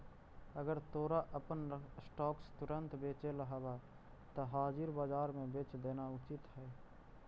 अगर तोरा अपन स्टॉक्स तुरंत बेचेला हवऽ त हाजिर बाजार में बेच देना उचित हइ